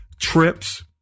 trips